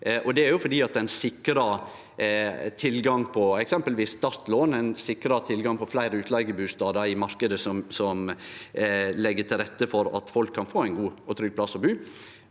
eksempelvis startlån. Ein sikrar tilgang på fleire utleigebustader i marknaden som legg til rette for at folk kan få ein god og trygg plass å bu.